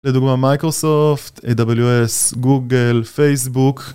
לדוגמה מייקרוסופט, AWS, גוגל, פייסבוק